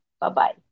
Bye-bye